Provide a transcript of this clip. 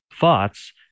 thoughts